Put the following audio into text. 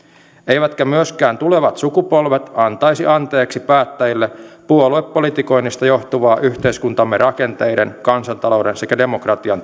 eivätkä myöskään tulevat sukupolvet antaisi anteeksi päättäjille puoluepolitikoinnista johtuvaa yhteiskuntamme rakenteiden kansantalouden sekä demokratian